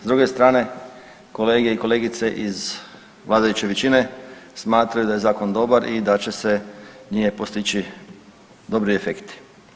S druge strane, kolege i kolegice iz vladajuće većine smatraju da je Zakon dobar i da će se njime postići dobri efekti.